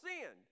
sinned